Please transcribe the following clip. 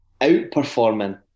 outperforming